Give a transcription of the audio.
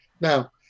Now